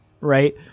right